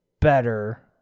better